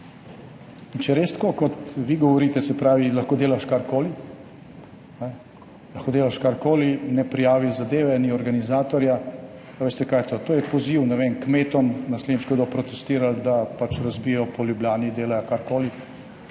je res tako, kot vi govorite, se pravi, lahko delaš karkoli, lahko delaš karkoli, ne prijaviš zadeve, ni organizatorja. Ali veste, kaj je to? To je poziv, ne vem, kmetom, naslednjič, ko bodo protestirali, da razbijajo po Ljubljani, delajo karkoli